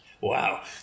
Wow